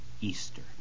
Easter